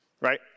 right